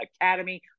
Academy